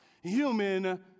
human